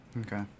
Okay